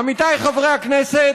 עמיתיי חברי הכנסת,